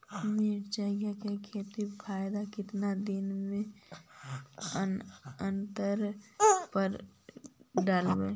मिरचा के खेत मे खाद कितना दीन के अनतराल पर डालेबु?